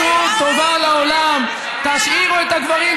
תעשו טובה לעולם: תשאירו את הגברים,